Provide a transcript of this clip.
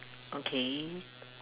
okay